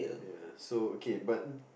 ya so okay but